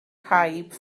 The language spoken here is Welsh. caib